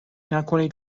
نکنید